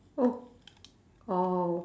oh orh